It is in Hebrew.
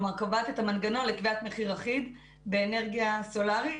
כלומר קובעת את המנגנון לקביעת מחיר אחיד באנרגיה סולארית,